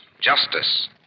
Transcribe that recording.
Justice